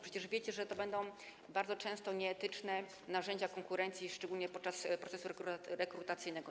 Przecież wiecie, że to będą bardzo często nieetyczne narzędzia konkurencji, szczególnie podczas procesu rekrutacyjnego.